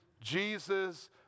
Jesus